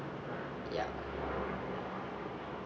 ya